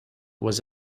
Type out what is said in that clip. was